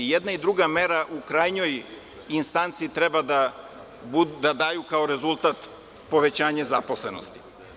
I jedna i druga mera u krajnjoj instanci treba da daju kao rezultat povećanje zaposlenosti.